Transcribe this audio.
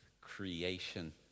creation